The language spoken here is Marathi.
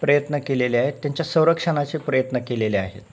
प्रयत्न केलेले आहेत त्यांच्या संरक्षणाचे प्रयत्न केलेले आहेत